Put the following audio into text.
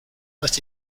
let